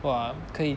!wah! 可以